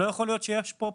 לא יכול להיות שיש פה פערים.